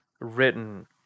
written